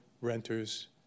renters